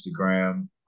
instagram